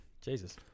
Jesus